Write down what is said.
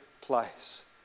place